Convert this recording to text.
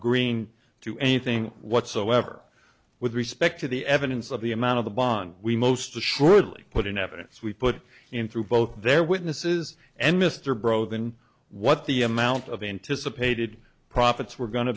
greeing to anything whatsoever with respect to the evidence of the amount of the bond we most assuredly put in evidence we put him through both their witnesses and mr breaux than what the amount of anticipated profits were going to